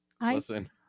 Listen